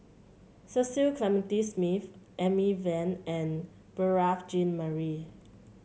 Cecil Clementi Smith Amy Van and Beurel Jean Marie